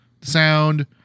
sound